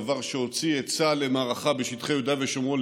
דבר שהוציא את צה"ל למערכה בשטחי יהודה ושומרון,